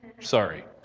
Sorry